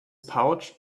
pouch